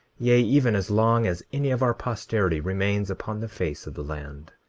yea, even as long as any of our posterity remains upon the face of the land.